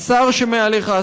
והשר שמעליך,